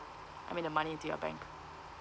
I mean the money into your bank